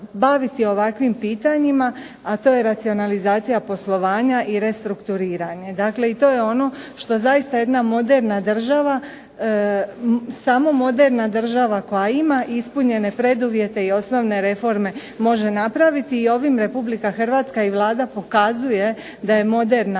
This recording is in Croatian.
baviti ovakvim pitanjima, a to je racionalizacija poslovanja i restrukturiranje. Dakle, i to je ono što zaista jedna moderna država, samo moderna država koja ima ispunjene preduvjete i osnovne reforme može napraviti i ovim Republika Hrvatska i Vlada pokazuje da je moderna